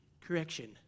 Correction